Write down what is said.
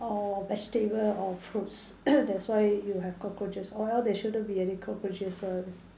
all vegetable or fruits that's why you have cockroaches or else there shouldn't be cockroaches one